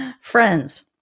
friends